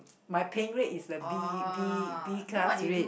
my paying rate is the B B B class rate